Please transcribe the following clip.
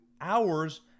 hours